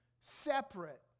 separate